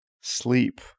sleep